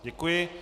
Děkuji.